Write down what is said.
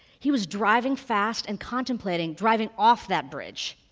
he was driving fast and contemplating driving off that bridge.